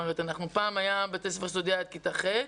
פעם בית ספר יסודי היה עד כיתה ח'